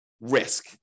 risk